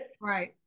right